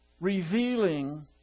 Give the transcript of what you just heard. revealing